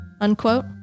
unquote